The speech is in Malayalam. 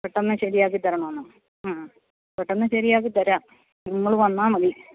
പെട്ടെന്നു ശരി ആക്കി തരണമെന്നോ പെട്ടെന്ന് ശരിയാക്കി തരാം നിങ്ങൾ വന്നാൽ മതി